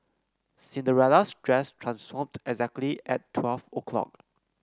Cinderella's dress transformed exactly at twelve o'clock